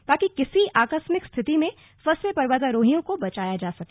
ताकि किसी आकस्मिक स्थिति में फंसे पर्वतारोहियों को बचाया जा सके